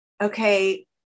okay